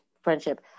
friendship